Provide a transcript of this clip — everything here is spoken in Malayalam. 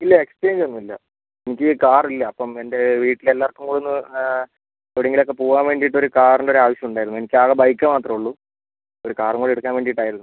ഇല്ല എക്സ്ചേഞ്ച് ഒന്നും ഇല്ല എനിക്ക് കാറില്ല അപ്പം എൻ്റെ വീട്ടിൽ എല്ലാവർക്കും കൂടി ഒന്ന് എവിടെങ്കിലൊക്കെ പോവാൻ വേണ്ടീട്ടൊരു കാറിൻ്റെ ഒരു ആവശ്യം ഉണ്ടായിരുന്നു എനിക്കാകെ ബൈക്ക് മാത്രമേ ഉള്ളൂ ഒരു കാറും കൂടെ എടുക്കാൻ വേണ്ടീട്ടായിരുന്നു